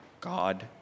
God